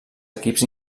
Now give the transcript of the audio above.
equips